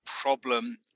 problem